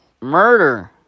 Murder